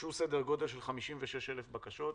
הוגשו סדר גודל של 56,000 בקשות.